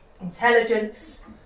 intelligence